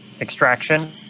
extraction